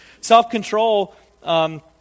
Self-control